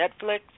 Netflix